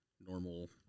normal